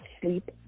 sleep